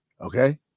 Okay